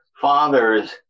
father's